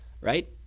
right